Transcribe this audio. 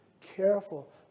careful